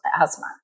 asthma